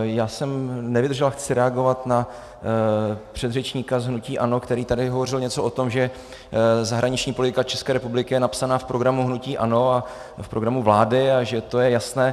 Já jsem nevydržel a chci reagovat na předřečníka z hnutí ANO, který tady hovořil něco o tom, že zahraniční politika České republiky je napsaná v programu hnutí ANO a v programu vlády a že to je jasné.